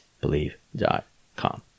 believe.com